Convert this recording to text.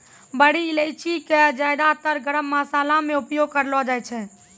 बड़ी इलायची कॅ ज्यादातर गरम मशाला मॅ उपयोग करलो जाय छै